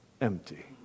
empty